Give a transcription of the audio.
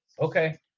Okay